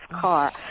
car